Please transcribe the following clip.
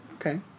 Okay